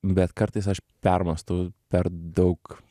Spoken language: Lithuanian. bet kartais aš permąstau per daug